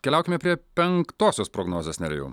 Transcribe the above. keliaukime prie penktosios prognozes nerijau